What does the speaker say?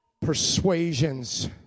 persuasions